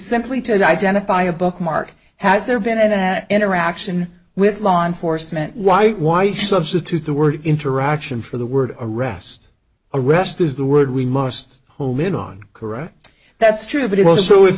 simply to identify a bookmark has there been in that interaction with law enforcement why why substitute the word interaction for the word arrest arrest is the word we must home in on correct that's true but it also is